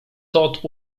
todt